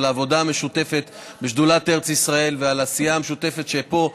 על העבודה המשותפת בשדולת ארץ ישראל ועל העשייה המשותפת פה,